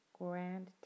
grand